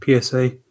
PSA